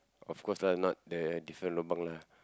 of course lah not the different lobang lah